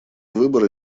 выборы